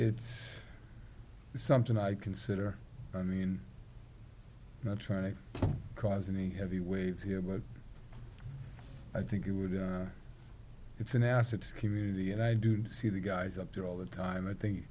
it's something i consider i mean not trying to cause any heavy waves here but i think it would be it's an acid community and i do see the guys up there all the time i think